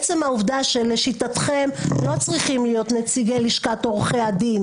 עצם העובדה שלשיטתכם לא צריכים להיות נציגי לשכת עורכי הדין